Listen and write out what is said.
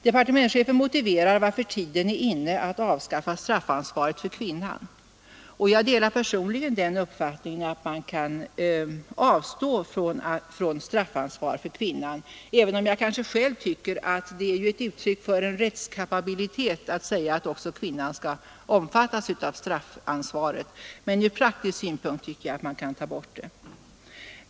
Departementschefen motiverar varför tiden är inne att avskaffa straffansvaret för kvinnan. Jag delar personligen den uppfattningen att man kan avstå från straffansvar för kvinnan, även om jag tycker att det är ett uttryck för kvinnans rättskapabilitet att säga att också kvinnan skall omfattas av straffansvar. Från praktisk synpunkt kan det emellertid tas bort.